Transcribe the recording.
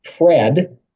Fred